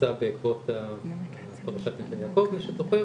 שיצא בעקבות פרשת --- מי שזוכר